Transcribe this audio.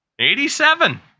87